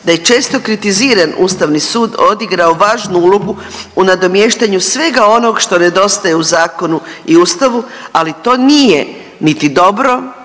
da je često kritiziran Ustavni sud odigrao važnu ulogu u nadomještanju svega onog što nedostaje u zakonu i Ustavu, ali to nije niti dobro,